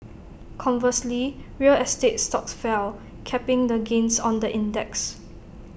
conversely real estate stocks fell capping the gains on the index